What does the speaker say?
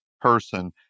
person